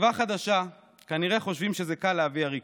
תקווה חדשה כנראה חושבים שזה קל להביא עריקים.